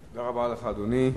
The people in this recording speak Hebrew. תודה רבה לך, אדוני.